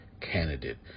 candidate